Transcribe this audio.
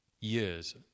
years